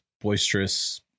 boisterous